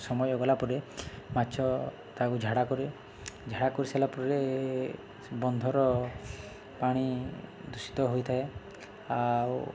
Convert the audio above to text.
ସମୟ ଗଲା ପରେ ମାଛ ତାକୁ ଝାଡ଼ା କରେ ଝାଡ଼ା କରିସାରିଲା ପରେ ବନ୍ଧର ପାଣି ଦୂଷିତ ହୋଇଥାଏ ଆଉ